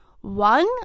One